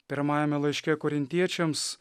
pirmajame laiške korintiečiams